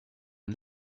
and